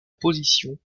position